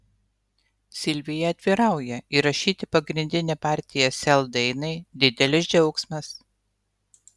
silvija atvirauja įrašyti pagrindinę partiją sel dainai didelis džiaugsmas